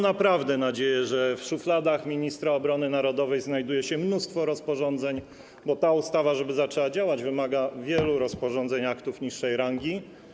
Naprawdę mam nadzieję, że w szufladach ministra obrony narodowej znajduje się mnóstwo rozporządzeń, bo ta ustawa, żeby zaczęła działać, wymaga wielu rozporządzeń, aktów niższej rangi.